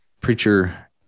preacher